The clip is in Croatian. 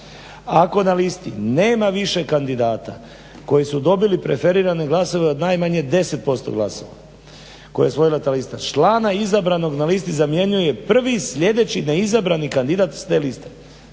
Ako na listi nema više kandidata koji su dobili preferirane glasove od najmanje 10% glasova koje je osvojila ta lista, člana izabranog na listi zamjenjuje prvi sljedeći neizabrani kandidat s te liste,